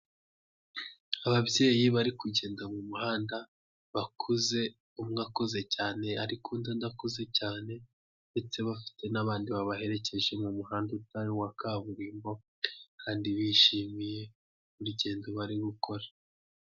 Ababyeyi bari kugenda mumuhanda bakuze umwe akuze cyane ariko undi adakuze cyane, ndetse bafite n'abandi babaherekeje mu muhanda utari uwa kaburimbo kandi bishimiye urugendo bari gukora.